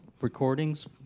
recordings